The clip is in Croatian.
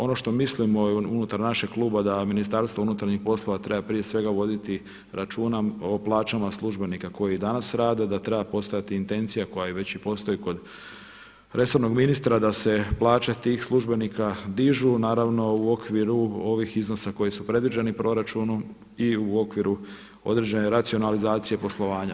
Ono što mislimo unutar našeg kluba da Ministarstvo unutarnjih poslova treba prije svega voditi računa o plaćama službenika koji danas rade, da treba postojati intencija koja već i postoji kod resornog ministra, da se plaće tih službenika dižu, naravno u okviru ovih iznosa koji su predviđeni proračunom i u okviru određene racionalizacije poslovanja.